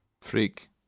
freak